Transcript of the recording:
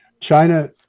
China